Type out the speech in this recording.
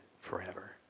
forever